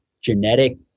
Genetic